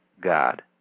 God